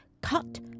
cut